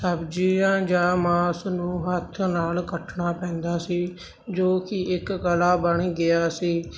ਸਬਜ਼ੀਆਂ ਜਾਂ ਮਾਸ ਨੂੰ ਹੱਥ ਨਾਲ ਕੱਟਣਾ ਪੈਂਦਾ ਸੀ ਜੋ ਕਿ ਇੱਕ ਕਲਾ ਬਣ ਗਿਆ ਸੀ